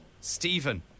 Stephen